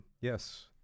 yes